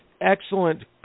excellent